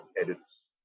edits